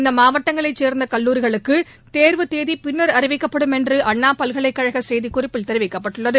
இந்த மாவட்டங்களைச் சேர்ந்த கல்லூரிகளுக்கு தேர்வு தேதி பின்னர் அறிவிக்கப்படும் என்று அண்ணா பல்கலைக்கழக செய்திக்குறிப்பில் தெரிவிக்கப்பட்டுள்ளது